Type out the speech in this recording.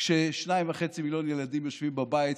כש-2.5 מיליון ילדים יושבים בבית,